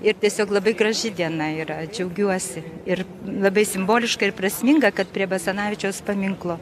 ir tiesiog labai graži diena yra džiaugiuosi ir labai simboliška ir prasminga kad prie basanavičiaus paminklo